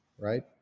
right